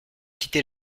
quitté